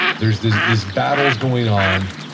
there's these these battles going on,